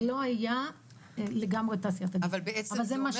זה לא היה לגמרי תעשיית ה-Gig, אבל זה משליך.